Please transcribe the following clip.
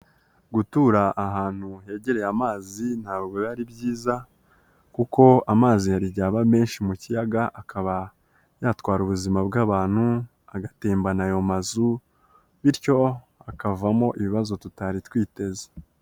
Gutura ahantu hegereye amazi ntabwo ari byiza kuko amazi hari igihe aba menshi mu kiyaga akaba yatwara ubuzima bw'abantu, agatembana ayo mazu bityo hakavamo ibibazo tutari twiteze.